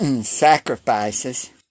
sacrifices